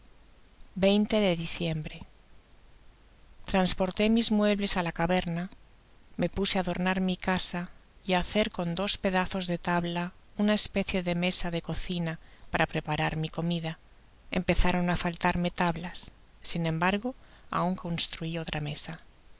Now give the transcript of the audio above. de diciembre transportó mis muebles á la caverna me puse á adornar mi casa y á hacer con dos pedazos de tabla una especie de mesa de cocina para preparar mi comida empezaron á faltarme tablas sin embargo aun construi otra mesa